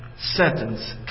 sentence